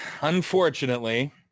unfortunately